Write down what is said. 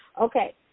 Okay